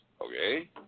okay